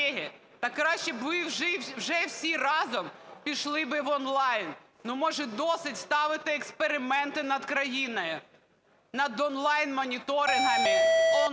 та краще б ви вже всі разом пішли би в онлайн. Може досить ставити експерименти над країною, над онлайн-моніторингами,